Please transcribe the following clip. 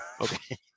Okay